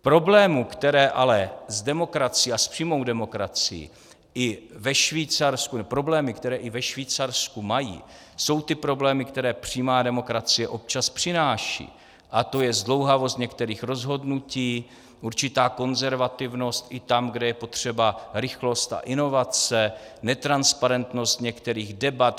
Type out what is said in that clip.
Problémy, které ale s demokracií a s přímou demokracií i ve Švýcarsku mají, jsou ty problémy, které přímá demokracie občas přináší, a to je zdlouhavost některých rozhodnutí, určitá konzervativnost i tam, kde je potřeba rychlost a inovace, netransparentnost některých debat.